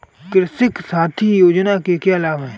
कृषक साथी योजना के क्या लाभ हैं?